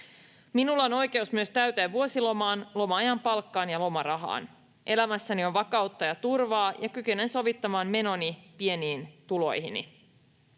Minulla on oikeus myös täyteen vuosilomaan, loma-ajan palkkaan ja lomarahaan. Elämässäni on vakautta ja turvaa, ja kykenen sovittamaan menoni pieniin tuloihini.